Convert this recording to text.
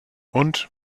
und